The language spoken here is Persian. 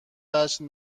وجه